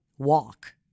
walk